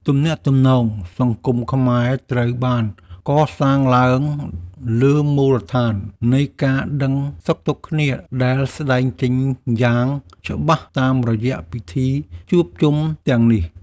ទំនាក់ទំនងសង្គមខ្មែរត្រូវបានកសាងឡើងលើមូលដ្ឋាននៃការដឹងសុខទុក្ខគ្នាដែលស្តែងចេញយ៉ាងច្បាស់តាមរយៈពិធីជួបជុំទាំងនេះ។